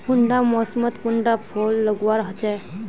कुंडा मोसमोत कुंडा फुल लगवार होछै?